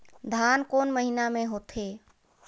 धान कोन महीना मे होथे?